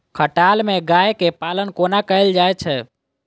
खटाल मे गाय केँ पालन कोना कैल जाय छै?